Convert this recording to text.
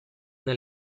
una